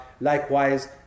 Likewise